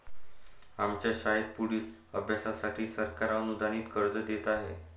आमच्या शाळेत पुढील अभ्यासासाठी सरकार अनुदानित कर्ज देत आहे